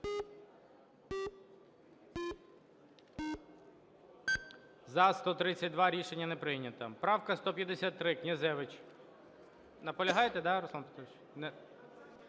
За-132 Рішення не прийнято. Правка 153, Князевич. Наполягаєте, да, Руслан Петрович?